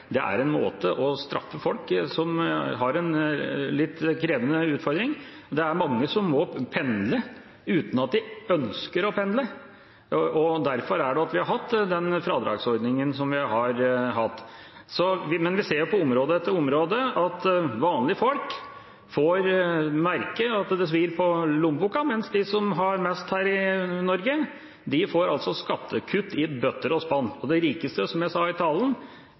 Det er en måte å straffe folk som har en litt krevende utfordring, på. Det er mange som må pendle uten at de ønsker å pendle, og det er derfor vi har hatt den fradragsordningen som vi har hatt. Men vi ser på område etter område at vanlige folk får merke at det svir i lommeboka, mens de som har mest her i Norge, får skattekutt i bøtter og spann. De rikeste får, som jeg sa i